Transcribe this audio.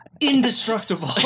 indestructible